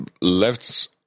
left